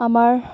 আমাৰ